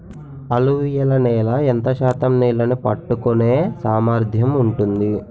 అలువియలు నేల ఎంత శాతం నీళ్ళని పట్టుకొనే సామర్థ్యం ఉంటుంది?